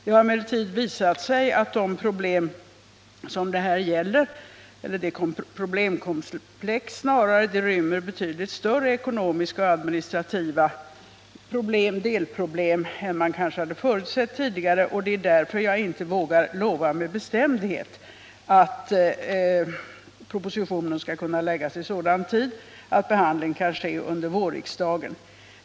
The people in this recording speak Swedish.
Det har emellertid visat sig att det problemkomplex det här gäller rymmer betydligt större ekonomiska och administrativa delproblem än man hade förutsett. Det är därför som jag inte med bestämdhet vågar lova att propositionen skall kunna framläggas i så god tid att behandling kan ske under vårriksdagen.